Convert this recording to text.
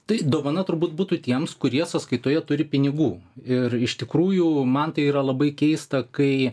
tai dovana turbūt būtų tiems kurie sąskaitoje turi pinigų ir iš tikrųjų man tai yra labai keista kai